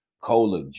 Cola